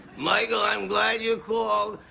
michael, i'm glad you called.